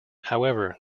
however